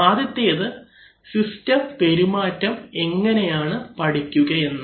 ആദ്യത്തേത് സിസ്റ്റം പെരുമാറ്റം എങ്ങനെയാണെന്ന് പഠിക്കുകയാണ്